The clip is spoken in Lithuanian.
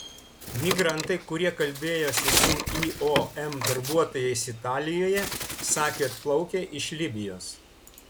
migrantai kurie kalbėjosi su iom darbuotojais italijoje sakė atplaukę iš libijos